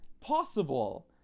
possible